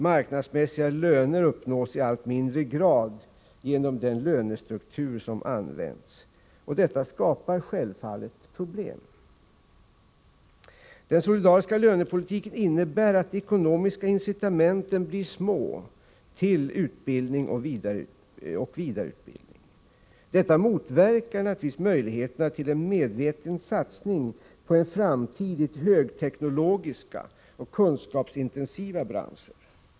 Marknadsmässiga löner uppnås i allt mindre grad genom den lönestruktur som används. Detta skapar självfallet problem. Den solidariska lönepolitiken innebär att de ekonomiska incitamenten blir små till utbildning och vidareutbildning. Detta motverkar naturligtvis möjligheterna till en medveten satsning på en framtid i högteknologiska och kunskapsintensiva branscher.